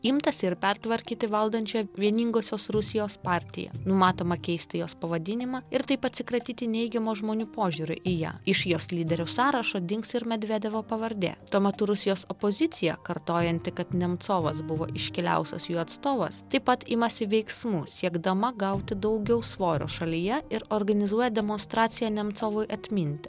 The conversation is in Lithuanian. imtasi ir pertvarkyti valdančiąją vieningosios rusijos partiją numatoma keisti jos pavadinimą ir taip atsikratyti neigiamo žmonių požiūrio į ją iš jos lyderių sąrašo dings ir medvedevo pavardė tuo metu rusijos opozicija kartojanti kad nemcovas buvo iškiliausias jų atstovas taip pat imasi veiksmų siekdama gauti daugiau svorio šalyje ir organizuoja demonstraciją nemcovui atminti